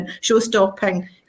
show-stopping